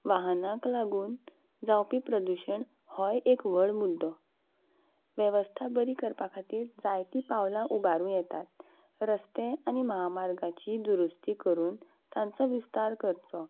वाहनाक लागून जावपी प्रदुशण हो एक व्हड मुद्दो वेवस्था बरी करपा खातीर जायतीं पावलां उबारूं येतात रस्ते आनी महामार्गाची दुरुस्ती करून तांचो विस्तार करचो